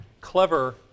clever